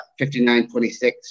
59-26